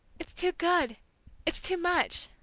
it's too good it's too much!